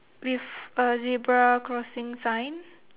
with a zebra crossing sign